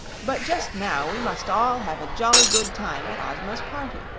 but just now we must all have a jolly good time at ozma's party,